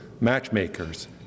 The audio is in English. matchmakers